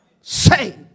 say